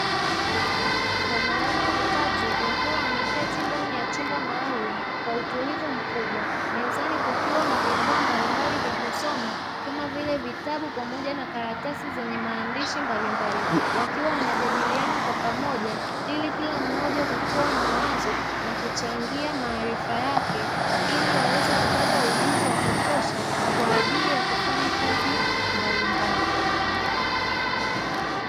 . Wanaume watatu wakiwa wameketi ndani ya chumba maalumu kwa utulivu mkubwa mezani kukiwa na vifaa mbalimbali vya kusoma kama vile vitabu pamoja na karatasi zenye maandishi mbalimbali wakiwa wanajadiliana kwa pamoja ili kila mmoja kutoa mawazo na kuchangia maarifa yake ili waweze kupata ujuzi wa kutosha kwa ajili ya kufanya kazi mbalimbali.